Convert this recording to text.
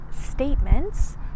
statements